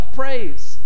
praise